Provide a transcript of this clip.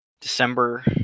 December